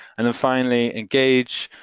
and then finally engage.